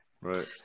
right